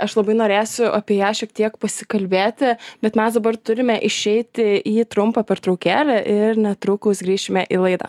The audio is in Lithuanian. aš labai norėsiu apie ją šiek tiek pasikalbėti bet mes dabar turime išeiti į trumpą pertraukėlę ir netrukus grįšime į laidą